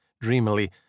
dreamily